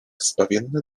zbawienne